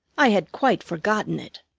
i had quite forgotten it.